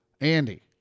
Andy